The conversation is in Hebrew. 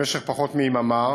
למשך פחות מיממה,